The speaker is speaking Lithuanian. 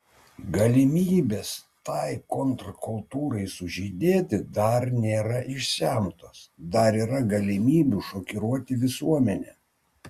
galimybės tai kontrkultūrai sužydėti dar nėra išsemtos dar yra galimybių šokiruoti visuomenę